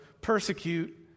persecute